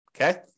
Okay